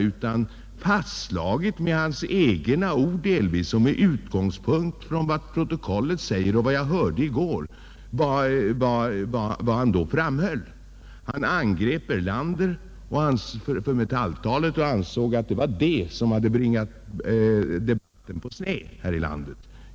Jag har fastslagit, delvis med hans egna ord och med utgängspunkt i vad jag hörde i gär och vad som står i protokollet, att han angrep herr Erlander för Metalltalet och ansäg att det var detta som hade bringat debatten på sned.